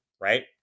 right